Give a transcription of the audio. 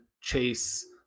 chase